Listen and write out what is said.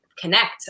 connect